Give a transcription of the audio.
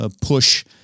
push